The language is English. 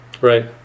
Right